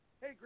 Hey